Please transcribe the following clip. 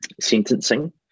sentencing